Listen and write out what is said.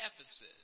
Ephesus